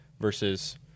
versus